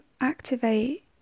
activate